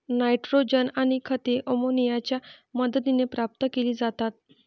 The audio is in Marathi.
नायट्रोजन आणि खते अमोनियाच्या मदतीने प्राप्त केली जातात